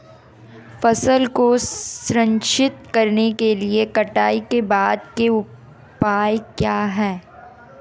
फसल को संरक्षित करने के लिए कटाई के बाद के उपाय क्या हैं?